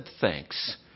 thanks